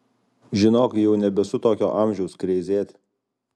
žinok jau nebesu tokio amžiaus kreizėti